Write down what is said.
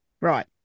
Right